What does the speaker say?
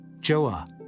Joah